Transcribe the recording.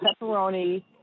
pepperoni